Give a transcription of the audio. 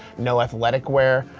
no athletic wear.